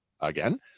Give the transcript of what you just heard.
Again